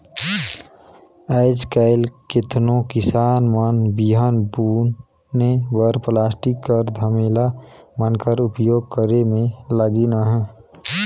आएज काएल केतनो किसान मन बीहन बुने बर पलास्टिक कर धमेला मन कर उपियोग करे मे लगिन अहे